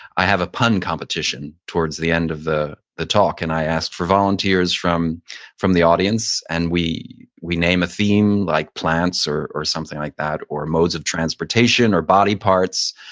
i have a pun competition towards the end of the the talk. and i asked for volunteers from from the audience, and we we name a theme like plants or or something like that, or modes of transportation, or body parts.